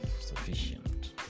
sufficient